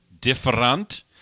different